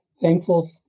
thankful